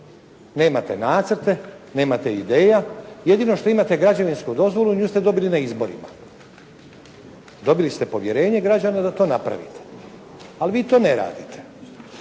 nemate nacrte, nemate ideja, jedino što imate građevinsku dozvolu, nju ste dobili na izborima. Dobili ste povjerenje građana da to napravite, ali vi to ne radite.